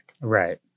right